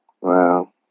Wow